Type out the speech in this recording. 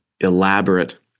elaborate